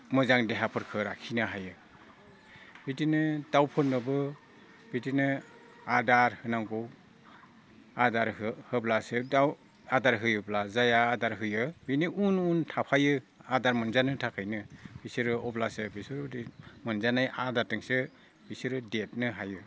मोजां देहाफोरखो लाखिनो हायो बिदिनो दाउफोरनावबो बिदिनो आदार होनांगौ आदार होब्लासो गाव आदार होयोब्ला जाया आदार होयो बिनि उन उन थाफायो आदार मोनजानो थाखायनो बिसोरो अब्लासो बिसोरबायदि मोनजानाय आदारजोंसो बिसोरो देरनो हायो